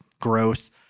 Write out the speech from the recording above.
growth